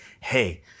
hey